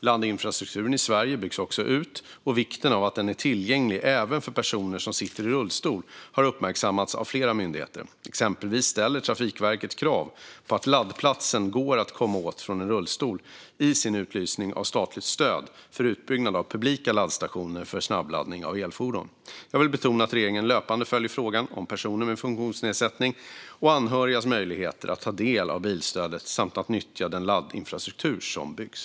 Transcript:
Laddinfrastrukturen i Sverige byggs också ut, och vikten av att den är tillgänglig även för personer som sitter i rullstol har uppmärksammats av flera myndigheter. Exempelvis ställer Trafikverket krav på att laddplatsen går att komma åt från en rullstol i sin utlysning av statligt stöd för utbyggnad av publika laddstationer för snabbladdning av elfordon. Jag vill betona att regeringen löpande följer frågan om möjligheterna för personer med funktionsnedsättning och deras anhöriga att ta del av bilstödet och nyttja den laddinfrastruktur som byggs.